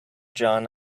john